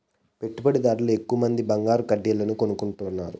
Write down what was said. పెట్టుబడిదార్లు ఎక్కువమంది బంగారు కడ్డీలను కొనుక్కుంటారు